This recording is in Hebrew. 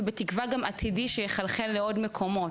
ובתקווה גם עתידי שיחלחל לעוד מקומות.